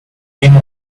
name